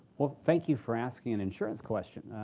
well, thank you for asking an insurance question.